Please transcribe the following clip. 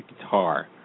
guitar